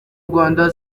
rwanda